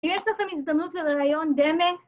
אם יש לכם הזדמנות לראיון דמה